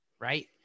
Right